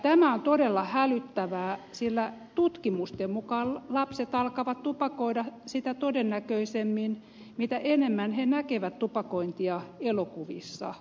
tämä on todella hälyttävää sillä tutkimusten mukaan lapset alkavat tupakoida sitä todennäköisemmin mitä enemmän he näkevät tupakointia elokuvissa